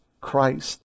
Christ